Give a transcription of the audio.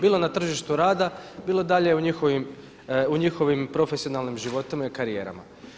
Bilo na tržištu rada bilo dalje u njihovim profesionalnim životima i karijerama.